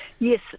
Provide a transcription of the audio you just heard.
Yes